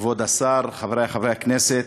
כבוד השר, חברי חברי הכנסת,